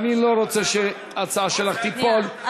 ואני לא רוצה שההצעה שלך תיפול.